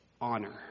honor